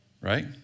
Right